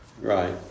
Right